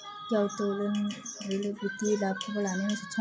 क्या उत्तोलन ऋण वित्तीय लाभ को बढ़ाने में सक्षम है?